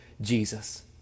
Jesus